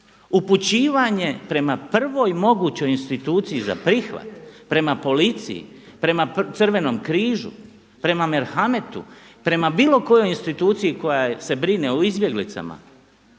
upućivanje prema prvoj mogućoj instituciji za prihvat, prema policiji, prema Crvenom križu, prema merhametu, prema bilo kojoj instituciji koja se brine o izbjeglicama